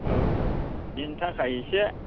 औ बिनि थाखाय एसे